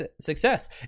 success